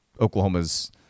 Oklahoma's